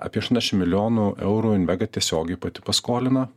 apie aštuoniasdešim milijonų eurų invega tiesiogiai pati paskolino